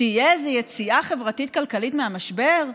תהיה איזו יציאה חברתית-כלכלית מהמשבר?